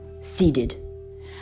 seeded